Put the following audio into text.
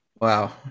Wow